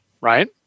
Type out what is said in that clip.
right